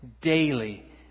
daily